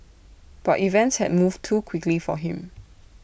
but events had moved too quickly for him